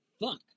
fuck